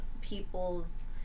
people's